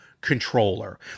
controller